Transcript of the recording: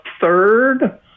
third